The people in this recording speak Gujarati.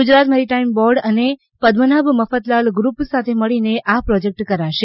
ગુજરાત મેરીટાઇમ બોર્ડ અને પદ્મનાભ મફતલાલ ગુપ સાથે મળીને આ પ્રોજેકટ કરશે